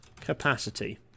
capacity